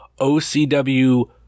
OCW